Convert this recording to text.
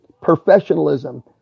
professionalism